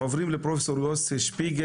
אני עובד בחברת S.I.P,